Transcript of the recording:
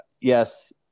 Yes